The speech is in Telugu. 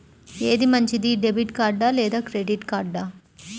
ఏది మంచిది, డెబిట్ కార్డ్ లేదా క్రెడిట్ కార్డ్?